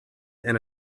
and